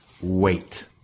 wait